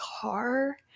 car